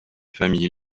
famille